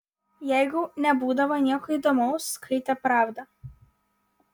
jeigu nebūdavo nieko įdomaus skaitė pravdą